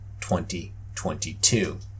2022